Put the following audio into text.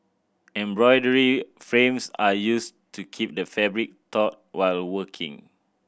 embroidery frames are used to keep the fabric taut while working